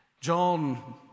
John